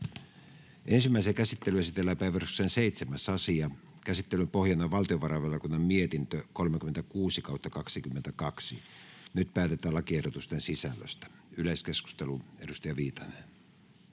Ensimmäiseen käsittelyyn esitellään päiväjärjestyksen 7. asia. Käsittelyn pohjana on valtiovarainvaliokunnan mietintö VaVM 36/2022 vp. Nyt päätetään lakiehdotusten sisällöstä. — Yleiskeskustelu, edustaja Viitanen.